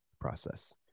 process